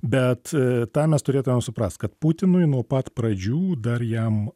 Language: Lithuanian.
bet tą mes turėtumėm suprast kad putinui nuo pat pradžių dar jam